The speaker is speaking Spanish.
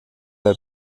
del